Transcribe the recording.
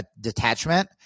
detachment